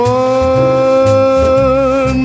one